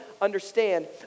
understand